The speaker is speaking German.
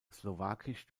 slowakisch